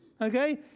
Okay